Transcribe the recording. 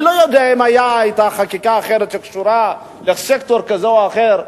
אני לא יודע אם היתה חקיקה אחרת שקשורה לסקטור כזה או אחר,